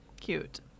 Cute